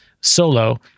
solo